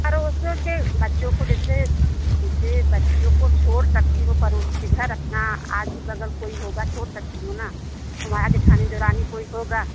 पड़ोसियों के बच्चों को देखिए देखिए बच्चों को छोड़ सकती हो पड़ोसी के घर अपना आज़ू बगल कोई होगा छोड़ सकती हो ना तुम्हारा जेठानी देवरानी कोई होगा